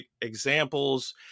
examples